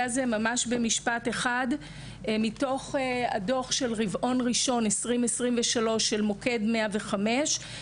הזה: מתוך הדו"ח של רבעון ראשון 2023 של מוקד 105,